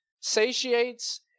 satiates